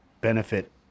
benefit